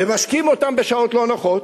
ומשקים אותו בשעות לא נוחות.